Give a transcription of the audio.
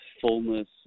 fullness